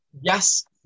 Yes